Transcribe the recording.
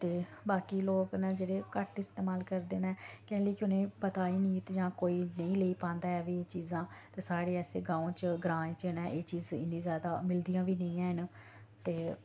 ते बाकी लोक न जेह्ड़े घट्ट इस्तेमाल करदे न कैह्ली कि उ'नेंगी पता न जां कोई नेईं लेई पांदा ऐ एह् चीजां ते साढ़े ऐसे गांव च ग्राएं न एह् चीज़ इन्नी जादा मिलदियां बी नेईं हैन ते